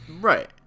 Right